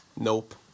Nope